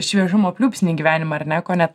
šviežumo pliūpsnį į gyvenimą ar ne kone